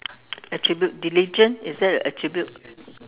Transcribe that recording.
attribute diligent is that an attribute